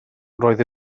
roedd